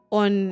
on